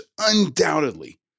undoubtedly